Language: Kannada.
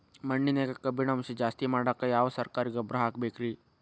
ಮಣ್ಣಿನ್ಯಾಗ ಕಬ್ಬಿಣಾಂಶ ಜಾಸ್ತಿ ಮಾಡಾಕ ಯಾವ ಸರಕಾರಿ ಗೊಬ್ಬರ ಹಾಕಬೇಕು ರಿ?